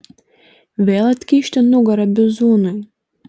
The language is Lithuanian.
vėl atkišti nugarą bizūnui